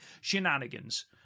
shenanigans